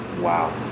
Wow